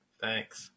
Thanks